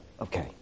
Okay